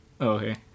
Okay